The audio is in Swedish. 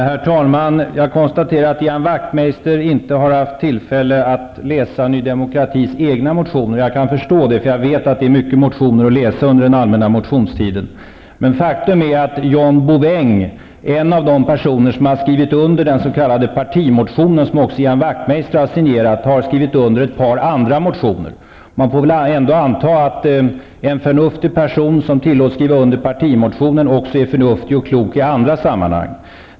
Herr talman! Jag konstaterar att Ian Wachtmeister inte har haft tillfälle att läsa Ny Demokratis egna motioner, och jag kan förstå det -- jag vet att det är många motioner att läsa under den allmänna motionstiden. Men faktum är att John Bouvin, en av de personer som har skrivit under den s.k. partimotionen, som också Ian Wachtmeister har signerat, har skrivit under även ett par andra motioner. Man får väl ändå anta att en förnuftig person som tillåts skriva under partimotionen också anses förnuftig och klok i andra sammanhang.